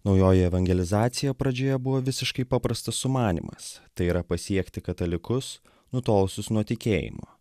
naujoji evangelizacija pradžioje buvo visiškai paprastas sumanymas tai yra pasiekti katalikus nutolusius nuo tikėjimo